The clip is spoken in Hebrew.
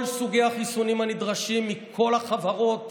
אישרנו וגם הבאנו מחו"ל את כל סוגי החיסונים הנדרשים מכל החברות,